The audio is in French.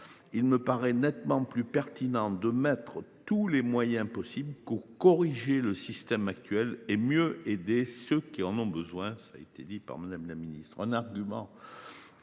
Il me semble plus pertinent de mettre tous les moyens nécessaires pour corriger le système actuel et mieux aider ceux qui en ont besoin.